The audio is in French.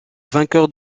vainqueur